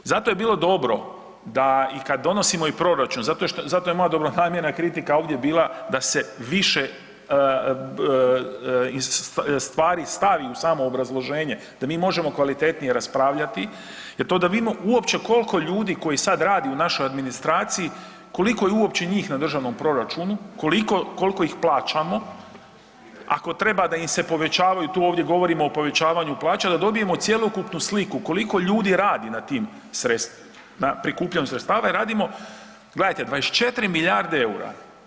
Zato bi bilo dobro da i kad donosimo i proračun, zato je moja dobronamjerna kritika ovdje bila da se više stvari stavi u samo obrazloženje da mi možemo kvalitetnije raspravljati jer to da vidimo uopće kolko ljudi koji sad radi u našoj administraciji, koliko je uopće njih na državnom proračunu, koliko, kolko ih plaćamo, ako treba da im se povećavaju, tu ovdje govorimo o povećavanju plaća da dobijemo cjelokupnu sliku koliko ljudi radi na tim sredstvima, na prikupljanju sredstava i radimo, gledajte 24 milijarde EUR-a.